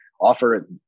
offer